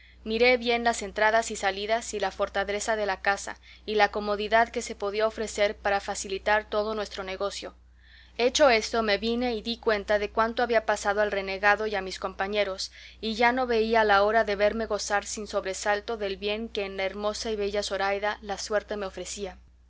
miré bien las entradas y salidas y la fortaleza de la casa y la comodidad que se podía ofrecer para facilitar todo nuestro negocio hecho esto me vine y di cuenta de cuanto había pasado al renegado y a mis compañeros y ya no veía la hora de verme gozar sin sobresalto del bien que en la hermosa y bella zoraida la suerte me ofrecía